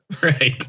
Right